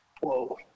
whoa